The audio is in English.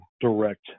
direct